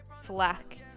slack